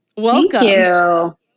welcome